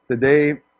Today